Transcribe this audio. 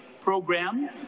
program